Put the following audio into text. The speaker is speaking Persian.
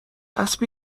اسبی